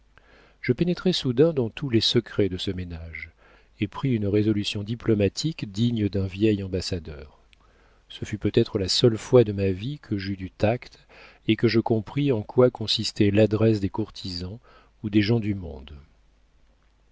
je pénétrai soudain dans tous les secrets de ce ménage et pris une résolution diplomatique digne d'un vieil ambassadeur ce fut peut-être la seule fois de ma vie que j'eus du tact et que je compris en quoi consistait l'adresse des courtisans ou des gens du monde